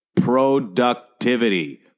Productivity